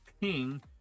ping